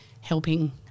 helping